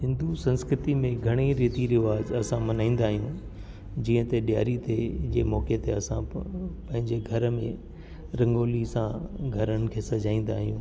हिंदु संस्कृति में घणे ई रीति रिवाज असां मनाईंदा आयूं जीअं त ॾिआरी ते जे मौके ते असां पंहिंजे घर में रंगोली सां घरनि खे सजाईंदा आहियूं